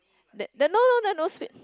then then now now no speed